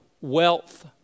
wealth